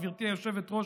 גברתי היושבת-ראש,